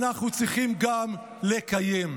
אנחנו צריכים גם לקיים.